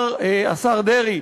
השר דרעי,